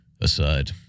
aside